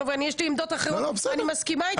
אני מסכימה איתך.